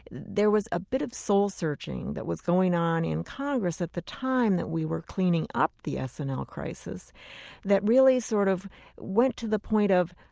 there was a bit of soul searching that was going on in congress at the time that we were cleaning up the s and l crisis that really sort of went to the point of,